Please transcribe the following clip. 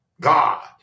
God